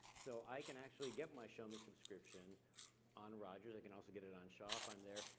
so i can actually get my shomi subscription on rogers. i can also get it on shaw if i'm there.